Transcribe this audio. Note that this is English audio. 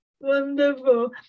wonderful